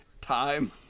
time